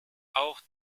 auch